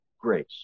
grace